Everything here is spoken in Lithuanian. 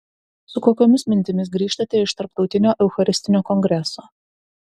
su kokiomis mintimis grįžtate iš tarptautinio eucharistinio kongreso